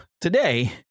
today